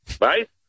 right